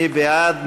מי בעד?